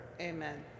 Amen